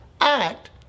act